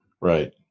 Right